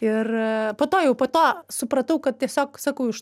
ir po to jau po to supratau kad tiesiog sakau iš